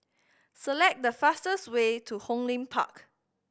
select the fastest way to Hong Lim Park